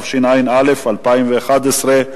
17, אין מתנגדים ואין נמנעים.